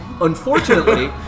Unfortunately